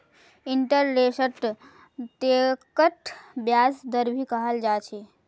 interest रेटक ब्याज दर भी कहाल जा छे